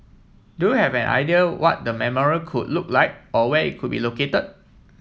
do you have an idea what the memorial could look like or where it could be located